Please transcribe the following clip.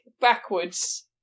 backwards